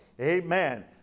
amen